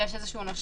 כשיש איזה נושה